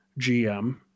GM